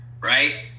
right